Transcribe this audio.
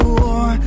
war